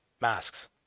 masks